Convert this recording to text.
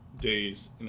days